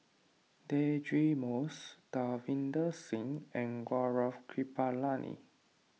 Deirdre Moss Davinder Singh and Gaurav Kripalani